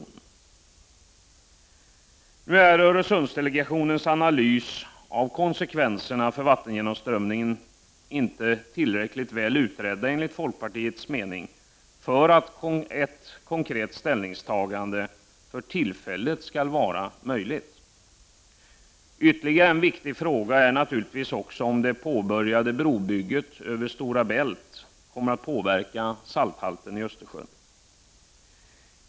Nu är Öresundsdelegationens analys av konsekvenserna för vattengenomströmningen enligt folkpartiets mening inte tillräcklig för att ett konkret ställningstagande för tillfället skall vara möjligt. Ytterligare en viktig fråga är naturligtvis om det påbörjade brobygget över Stora Bält kommer att påverka salthalten i Östersjön.